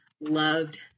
loved